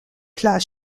places